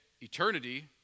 eternity